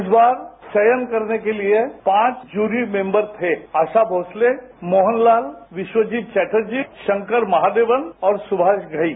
इस बार चयन करने के लिए पांच जूरी मेंबर थे आशा भोंसले मोहन लाल विश्वजीत चौटर्जी शंकर महादेवन और सुभाष घई